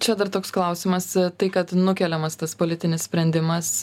čia dar toks klausimas tai kad nukeliamas tas politinis sprendimas